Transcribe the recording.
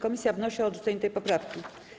Komisja wnosi o odrzucenie tej poprawki.